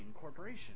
corporation